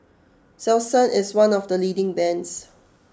Selsun is one of the leading bands